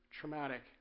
traumatic